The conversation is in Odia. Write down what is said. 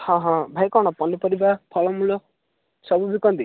ହଁ ହଁ ଭାଇ କଣ ପନିପରିବା ଫଳମୂଳ ସବୁ ବିକନ୍ତି